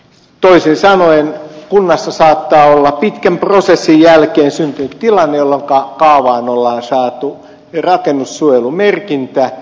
toisin sanoen kunnassa saattaa olla pitkän prosessin jälkeen syntynyt tilanne jolloinka kaavaan ollaan saatu rakennussuojelumerkintä